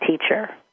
teacher